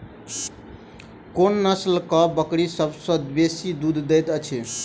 कोन नसलक बकरी सबसँ बेसी दूध देइत अछि?